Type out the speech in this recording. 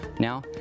Now